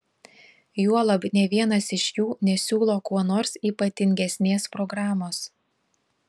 juolab nė vienas iš jų nesiūlo kuo nors ypatingesnės programos